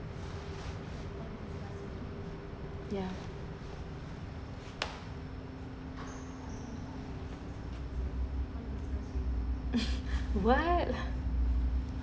ya why